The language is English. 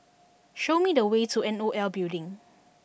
show me the way to N O L Building